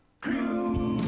Crew